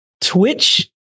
twitch